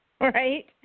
Right